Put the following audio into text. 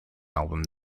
album